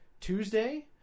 Tuesday